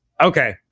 Okay